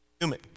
human